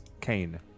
Kane